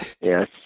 Yes